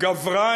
גברה